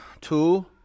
two